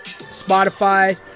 Spotify